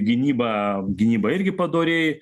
gynyba gynyba irgi padoriai